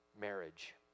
marriage